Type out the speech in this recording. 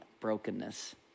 brokenness